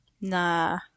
Nah